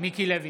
מיקי לוי,